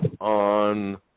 on